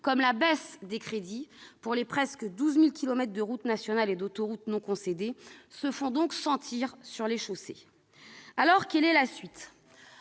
comme la baisse des crédits pour les presque 12 000 kilomètres de routes nationales et d'autoroutes non concédées, se fait sentir sur les chaussées. Alors, à quelle suite